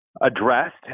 addressed